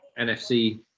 NFC